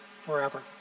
forever